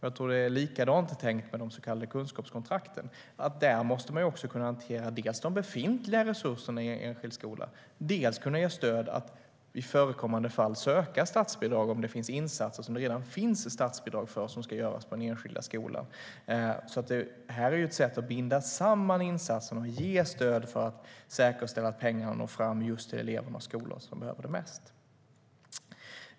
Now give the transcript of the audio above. Jag tror att det är likadant tänkt med de så kallade kunskapskontrakten, nämligen att man där måste kunna dels hantera de befintliga resurserna i enskild skola, dels ge stöd för att i förekommande fall söka statsbidrag om det finns insatser som ska göras på den enskilda skolan och som det redan finns statsbidrag för. Det här är alltså ett sätt att binda samman insatserna och ge stöd för att säkerställa att pengarna når fram till just de elever och skolor som behöver dem mest.